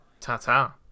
Ta-ta